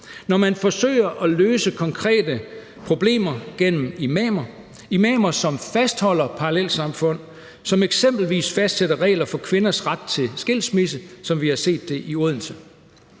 Når man forsøger at løse konkrete problemer gennem imamer – imamer, som fastholder parallelsamfund, og som eksempelvis fastsætter regler for kvinders ret til skilsmisse, som vi har set det i Odense